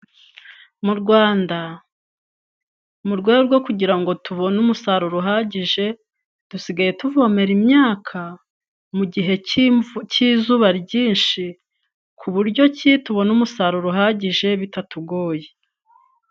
Mu Rwanda mu rwego rwo kugira ngo tubone umusaruro uhagije, dusigaye tuvomera imyaka mu gihe cy'izuba ryinshi, ku buryo ki tubona umusaruro uhagije bitatugoye.